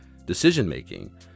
decision-making